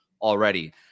already